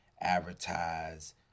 advertise